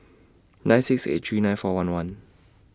nine six eight three nine four one one